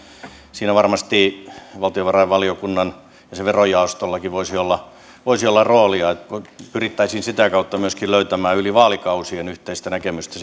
siinä varmasti valtiovarainvaliokunnalla ja sen verojaostollakin voisi olla voisi olla roolia että pyrittäisiin sitä kautta löytämään myöskin yli vaalikausien yhteistä näkemystä